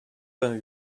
vingt